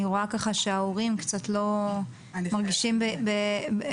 אני רואה ככה שההורים קצת לא מרגישים נעים.